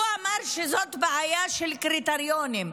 הוא אמר שזאת בעיה של קריטריונים.